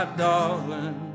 darling